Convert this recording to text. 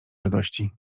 radości